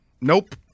Nope